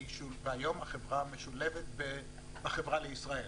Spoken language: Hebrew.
היום החברה משולבת בחברה לישראל.